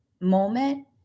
moment